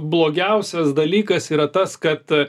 blogiausias dalykas yra tas kad